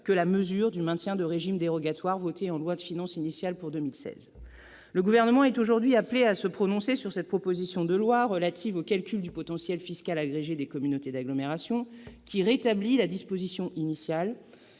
que la mesure de maintien du régime dérogatoire votée en loi de finances initiale pour 2016. Le Gouvernement est aujourd'hui appelé à se prononcer sur cette proposition de loi relative au calcul du potentiel fiscal agrégé des communautés d'agglomération, qui vise à rétablir la disposition initiale